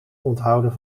onthouden